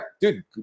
dude